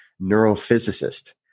neurophysicist